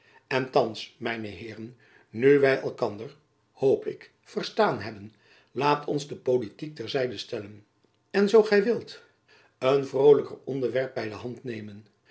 en thands mijne heeren nu wy elkander hoop ik verstaan hebben laat ons de politiek ter zijde stellen en zoo gy wilt een vrolijker onderwerp by de hand nemen